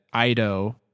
Ido